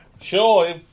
Sure